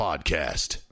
Podcast